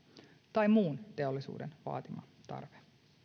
tai muun teollisuuden vaatima tarve